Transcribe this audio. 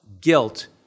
guilt